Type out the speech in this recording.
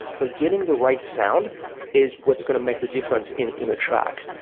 but getting the right sound is what's going to make the difference in in a track.